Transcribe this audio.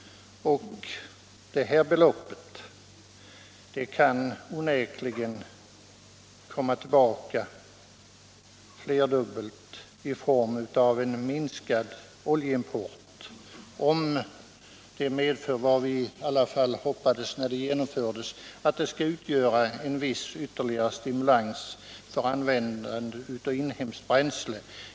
Detta belopp kan onekligen komma tillbaka flerdubbelt i form av minskad oljeimport, om borttagandet av skatten — som vi hoppades när vi genomförde förslaget — utgör en viss ytterligare stimulans för användande av inhemskt bränsle.